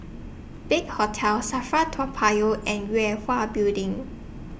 Big Hotel SAFRA Toa Payoh and Yue Hwa Building